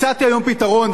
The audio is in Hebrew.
הצעתי היום פתרון,